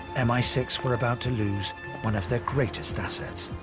m i six were about to lose one of their greatest assets.